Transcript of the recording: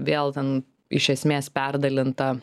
vėl ten iš esmės perdalinta